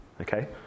Okay